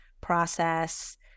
process